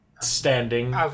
standing